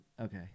Okay